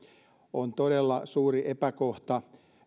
on todella suuri epäkohta